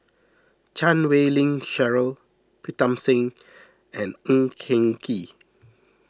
Chan Wei Ling Cheryl Pritam Singh and Ng Eng Kee